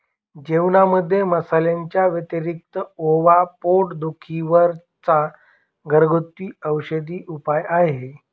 जेवणामध्ये मसाल्यांच्या व्यतिरिक्त ओवा पोट दुखी वर चा घरगुती औषधी उपाय आहे